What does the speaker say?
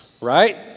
right